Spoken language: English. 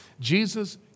Jesus